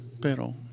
Pero